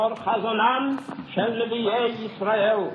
לאור חזונם של נביאי ישראל,